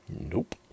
Nope